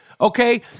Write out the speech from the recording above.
okay